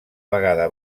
vegada